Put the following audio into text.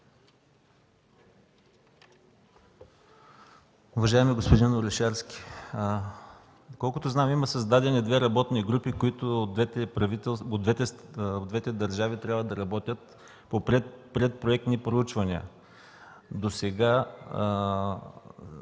Уважаеми господин Орешарски, доколкото знам, има създадени две работни групи от двете държави, които трябва да работят по предпроектни проучвания. Досега